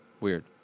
Weird